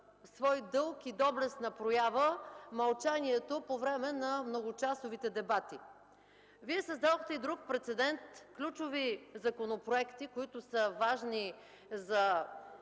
свой дълг и доблестна проява мълчанието по време на многочасовите дебати. Вие създадохте и друг прецедент – ключови законопроекти, важни за